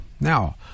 Now